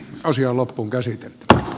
asiaa loppuunkäsitelty a